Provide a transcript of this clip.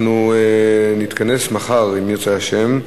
אנחנו נתכנס מחר, אם ירצה השם,